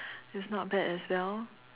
is not bad as well